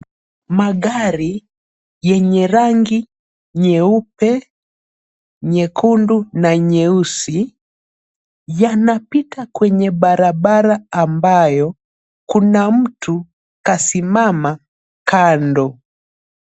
Magari yenye rangi nyeupe, nyekundu na nyeusi yanapita kwenye barabara ambayo kuna mtu kasimama kando.